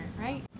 right